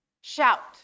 shout